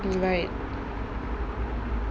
mm right